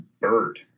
bird